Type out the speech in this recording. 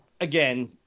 again